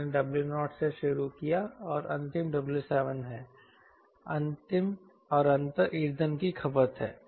मैंने W0 से शुरू किया और अंतिम W7 है और अंतर ईंधन की खपत है